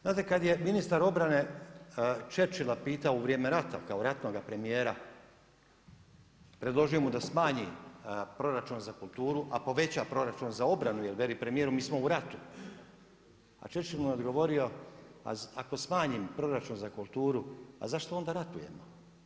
Znate kad je ministar obrane Churchilla pitao u vrijeme rata kao ratnoga premijera, predložio mu da smanji proračun za kulturu a poveća proračun za obranu jer veli premijeru, mi smo u ratu, a Churchill mu je odgovorio ako smanjim proračun za kulturu, a zašto onda ratujemo?